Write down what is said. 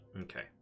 Okay